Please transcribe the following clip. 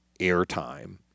airtime